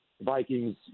Vikings